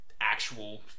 Actual